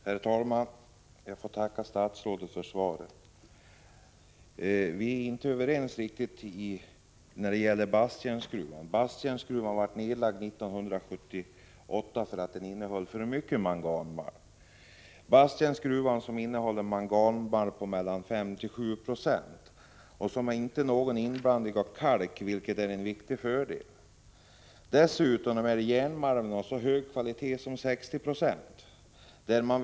Herr talman! Jag får tacka statsrådet för svaret. Vi är inte riktigt överens när det gäller Basttjärnsgruvan. Gruvan lades ned 1978, därför att malmen innehöll för mycket mangan. Järnmalmen från Basttjärnsgruvan innehåller 5-7 Jo mangan och kräver ingen inblandning av kalk, vilket är en viktig fördel. Dessutom är järnmalmen av så hög kvalitet som 60 76.